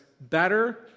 better